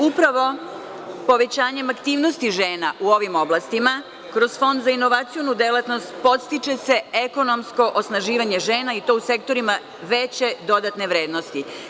Upravo povećanjem aktivnosti žena u ovim oblastima, kroz Fond za inovacionu delatnost, podstiče se ekonomsko osnaživanje žena i to u sektorima veće dodatne vrednosti.